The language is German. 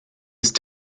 ist